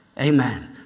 Amen